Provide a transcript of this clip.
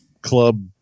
club